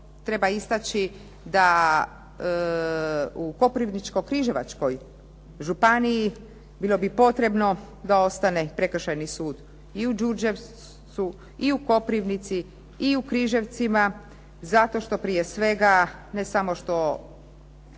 treba istaći da u Koprivničko-križevačkoj županiji bilo bi potrebno da ostane prekršajni sud i u Đurđevcu, i u Koprivnici, i u Križevcima, zato što prije svega ne samo što